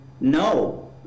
no